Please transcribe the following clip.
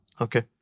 Okay